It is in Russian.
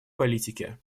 политике